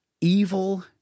evil